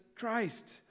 Christ